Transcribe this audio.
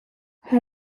her